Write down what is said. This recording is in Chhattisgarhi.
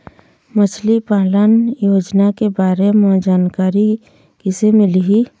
मछली पालन योजना के बारे म जानकारी किसे मिलही?